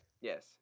Yes